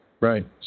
Right